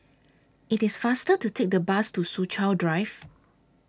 IT IS faster to Take The Bus to Soo Chow Drive